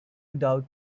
without